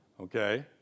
okay